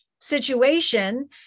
situation